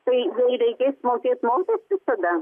tai jai reikės mokėt mokesčius tada